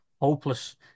hopeless